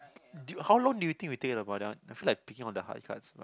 how long do you think we take about that one I feel like picking all the hard cards